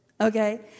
okay